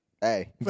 hey